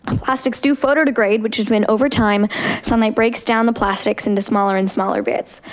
um plastics do photo degrade which is when overtime sunlight breaks down the plastics into smaller and smaller bits.